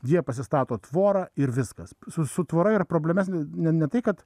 jie pasistato tvorą ir viskas su su tvora yra problema ne ne ne tai kad